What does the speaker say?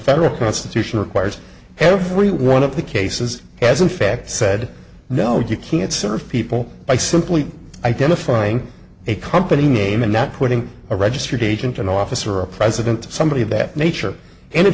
federal constitution requires every one of the cases has in fact said no you can't serve people by simply identifying a company name and not putting a registered agent in office or a president somebody of that nature and in